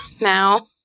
now